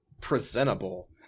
presentable